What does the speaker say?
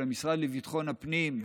של המשרד לביטחון הפנים,